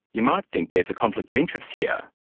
you might think there's a conflict of interest here.